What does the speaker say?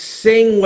sing